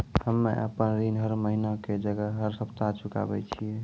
हम्मे आपन ऋण हर महीना के जगह हर सप्ताह चुकाबै छिये